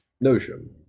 notion